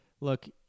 look